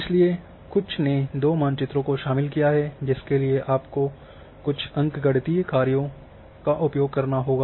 इसलिए कुछ ने दो मानचित्रों को शामिल किया है जिसके लिए आपको कुछ अंकगणितीय कार्यों का उपयोग करना होगा